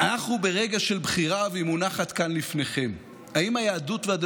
אנחנו ברגע של בחירה, והיא מונחת כאן לפניכם.